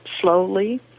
slowly